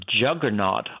juggernaut